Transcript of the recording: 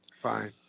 Fine